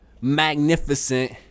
magnificent